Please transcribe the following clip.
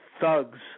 thugs